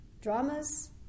Dramas